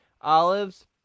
olives